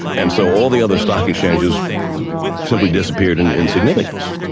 and so all the other stock exchanges simply disappeared in in significance.